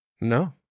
No